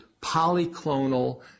polyclonal